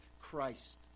Christ